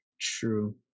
true